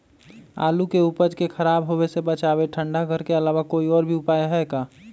आलू के उपज के खराब होवे से बचाबे ठंडा घर के अलावा कोई और भी उपाय है का?